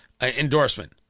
endorsement